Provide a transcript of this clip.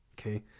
okay